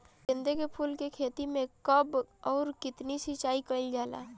गेदे के फूल के खेती मे कब अउर कितनी सिचाई कइल जाला?